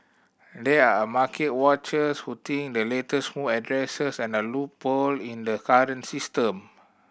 there are market watchers who think the latest move addresses and a loophole in the current system